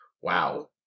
wow